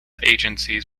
agencies